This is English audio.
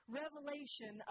revelation